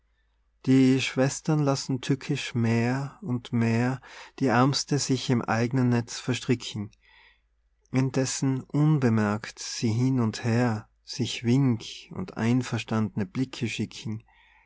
die schwestern lassen tückisch mehr und mehr die aermste sich im eignen netz verstricken indessen unbemerkt sie hin und her sich wink und einverstand'ne blicke schicken